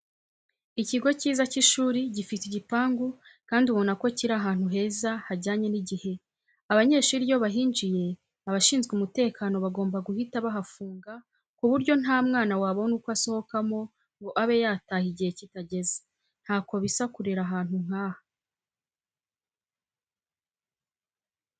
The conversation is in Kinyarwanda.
Ikigo cyiza cy'ishuri, gifite igipangu kandi ubona ko kiri ahantu heza hajyanye n'igihe, abanyeshuri iyo bahinjiye abashinzwe umutekano bagomba guhita bahafunga ku buryo nta mwana wabona uko asohokamo ngo abe yataha igihe kitageze. Ntako bisa kurera ahantu nkaha.